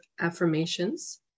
Affirmations